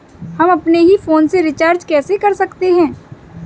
हम अपने ही फोन से रिचार्ज कैसे कर सकते हैं?